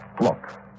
look